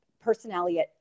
personality